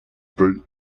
дітей